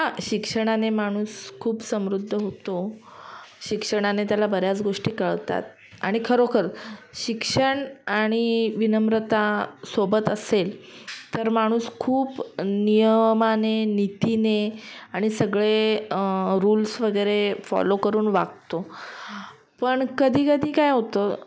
हा शिक्षणाने माणूस खूप समृद्ध होतो शिक्षणाने त्याला बऱ्याच गोष्टी कळतात आणि खरोखर शिक्षण आणि विनम्रता सोबत असेल तर माणूस खूप नियमाने नीतीने आणि सगळे रूल्स वगैरे फॉलो करून वागतो पण कधीकधी काय होतं